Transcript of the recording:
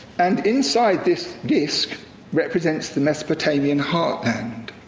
and inside this disc represents the mesopotamian heartland.